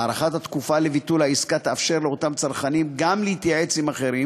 הארכת התקופה לביטול העסקה תאפשר לאותם צרכנים גם להתייעץ עם אחרים,